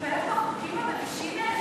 ואתה מתפאר בחוקים המבישים האלה,